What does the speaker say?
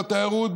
בתיירות,